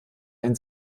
ein